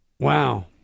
Wow